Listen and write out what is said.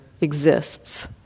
exists